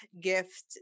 gift